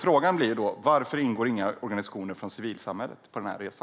Frågan blir då: Varför är inga organisationer från civilsamhället med på denna resa?